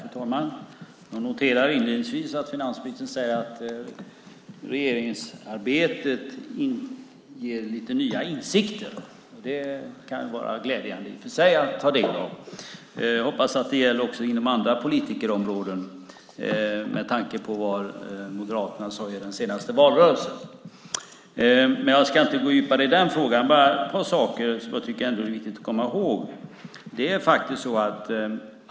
Fru talman! Jag noterar inledningsvis att finansministern säger att regeringsarbetet ger lite nya insikter. Det kan i och för sig vara glädjande att ta del av. Jag hoppas att det gäller också inom andra politikområden med tanke på vad Moderaterna sade i den senaste valrörelsen. Jag ska inte gå in djupare i den frågan, men jag ska ta upp ett par saker som jag tycker är viktiga att komma ihåg.